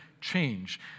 change